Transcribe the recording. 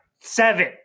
Seven